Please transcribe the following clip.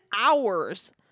hours